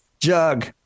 jug